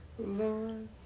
Lord